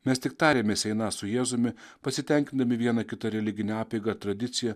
mes tik tariamės einą su jėzumi pasitenkindami viena kita religine apeiga ar tradicija